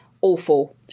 awful